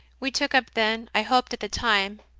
we took up then, i hoped at the time,